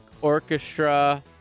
Orchestra